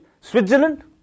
Switzerland